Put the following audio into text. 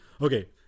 okay